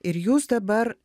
ir jūs dabar